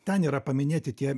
ten yra paminėti tie